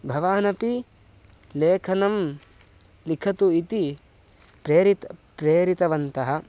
भवानपि लेखनं लिखतु इति प्रेरित् प्रेरितवन्तः